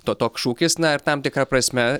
to toks šūkis na ir tam tikra prasme